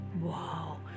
Wow